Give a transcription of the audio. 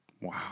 Wow